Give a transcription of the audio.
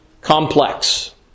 complex